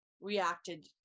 reacted